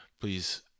please